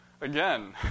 again